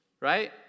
Right